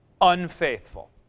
unfaithful